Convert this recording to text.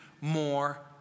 more